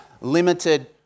limited